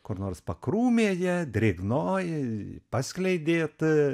kur nors pakrūmėje drėgnoj paskleidėt